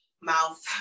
mouth